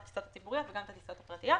הטיסות הציבוריות וגם את הטיסות הפרטיות.